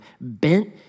bent